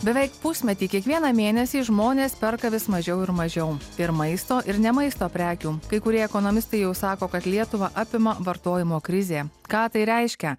beveik pusmetį kiekvieną mėnesį žmonės perka vis mažiau ir mažiau ir maisto ir ne maisto prekių kai kurie ekonomistai jau sako kad lietuvą apima vartojimo krizė ką tai reiškia